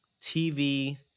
TV